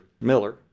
Miller